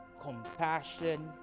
compassion